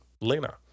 Lena